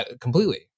completely